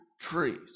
trees